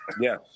yes